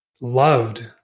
loved